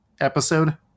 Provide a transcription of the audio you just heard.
episode